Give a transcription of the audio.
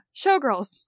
Showgirls